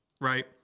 right